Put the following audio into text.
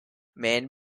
man